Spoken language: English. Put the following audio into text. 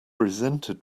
resented